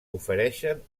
ofereixen